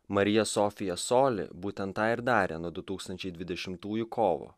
marija sofija soli būtent tai ir darė nuo du tūkstančiai dvidešimtųjų kovo